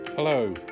Hello